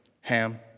Ham